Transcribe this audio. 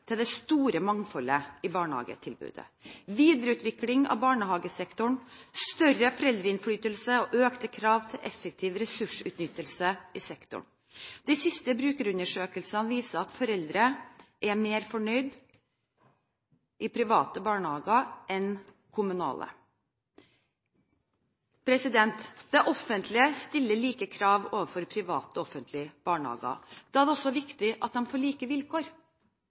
til det store mangfoldet i barnehagetilbudet, videreutvikling av barnehagesektoren, større foreldreinnflytelse og økte krav til effektiv ressursutnyttelse i sektoren. De siste brukerundersøkelsene viser at foreldre er mer fornøyde med private barnehager enn kommunale. Det offentlige stiller like krav overfor private og offentlige barnehager. Da er det også viktig at de får like vilkår.